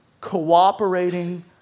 cooperating